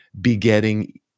begetting